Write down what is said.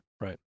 Right